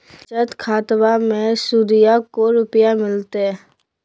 बचत खाताबा मे सुदीया को रूपया मिलते?